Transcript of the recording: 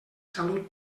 salut